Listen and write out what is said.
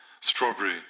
strawberry